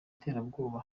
iterabwoba